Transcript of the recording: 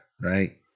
right